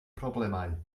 problemau